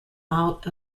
out